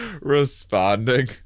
responding